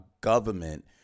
government